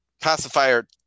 pacifier